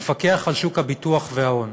המפקח על שוק הביטוח וההון,